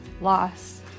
loss